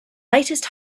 latest